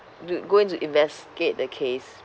do going to investigate the case